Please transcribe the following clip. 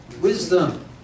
wisdom